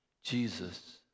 Jesus